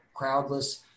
crowdless